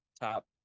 top